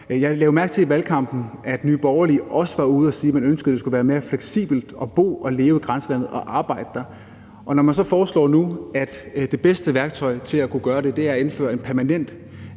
Jeg lagde jo mærke til, at Nye Borgerlige i valgkampen også var ude at sige, at man ønskede, at det skulle være mere fleksibelt at bo, leve og arbejde i grænselandet, og når man så nu foreslår, at det bedste værktøj til at kunne gøre det er at indføre en permanent